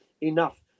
enough